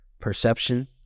Perception